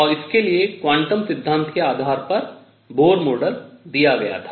और इसके लिए क्वांटम सिद्धांत के आधार पर बोहर मॉडल दिया गया था